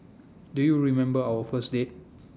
do you remember our first date